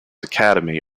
academy